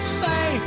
say